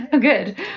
Good